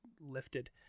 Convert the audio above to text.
lifted